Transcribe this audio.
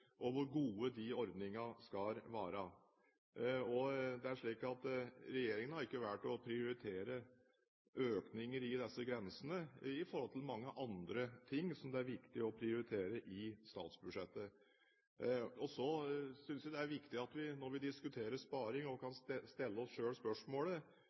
og hvor gode de ordningene skal være. Regjeringen har valgt ikke å prioritere økninger i disse grensene, i forhold til mange andre ting som det er viktig å prioritere i statsbudsjettet. Jeg synes det er viktig, når vi diskuterer sparing, også å stille oss spørsmålet: